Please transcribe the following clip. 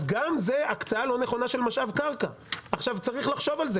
אז גם זה הקצאה לא נכונה של משאב קרקע ועכשיו צריך לחשוב על זה